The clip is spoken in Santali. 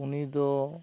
ᱩᱱᱤ ᱫᱚ